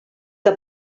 que